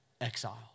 exile